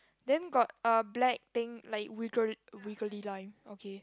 then got a black thing like wiggle wiggly line okay